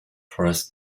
press